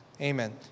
Amen